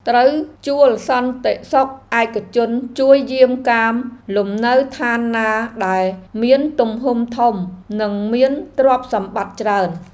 ត្រូវជួលសន្តិសុខឯកជនជួយយាមកាមលំនៅឋានណាដែលមានទំហំធំនិងមានទ្រព្យសម្បត្តិច្រើន។